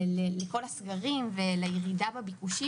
לכן אם אתם רוצים שהמכשיר שלי יעבוד רק בבוקר,